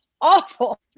awful